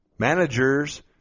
Managers